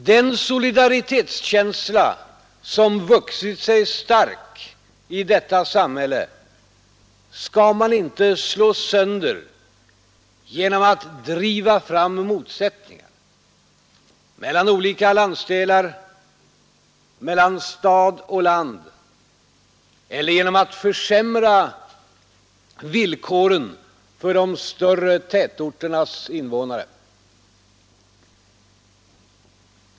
Den solidaritetskänsla som vuxit sig stark i detta samhälle skall man inte slå sönder genom att driva fram motsättningar mellan olika landsdelar, mellan stad och land eller genom att försämra villkoren för de större tätorternas invånare.